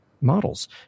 models